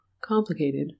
complicated